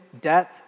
death